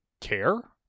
care